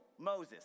Moses